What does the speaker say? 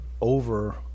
over